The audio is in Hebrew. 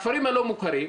הכפרים הלא מוכרים,